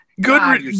good